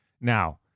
Now